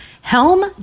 Helm